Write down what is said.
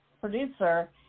producer